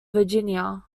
virginia